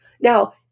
Now